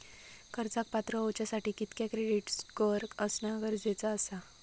कर्जाक पात्र होवच्यासाठी कितक्या क्रेडिट स्कोअर असणा गरजेचा आसा?